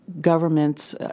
government's